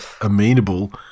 amenable